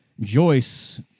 Joyce